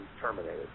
terminated